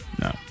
No